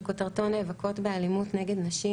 שכותרתו: נאבקות באלימות נגד נשים.